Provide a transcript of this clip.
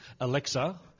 Alexa